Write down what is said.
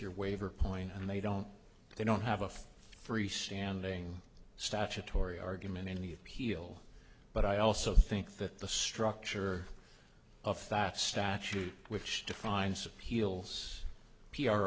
your waiver point and they don't they don't have a free standing statutory argument any appeal but i also think that the structure of that statute which defines